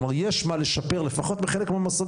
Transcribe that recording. כלומר, יש מה לשפר, לפחות בחלק מהמוסדות.